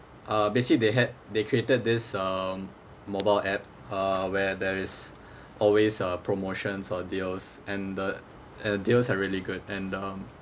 uh basically they had they created this um mobile app uh where there is always uh promotions or deals and the and the deals are really good and um